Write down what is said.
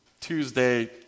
Tuesday